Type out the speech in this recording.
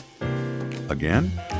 Again